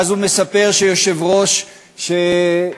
ואז הוא מספר שיושב-ראש המשכן,